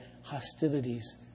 hostilities